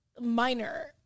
minor